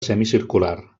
semicircular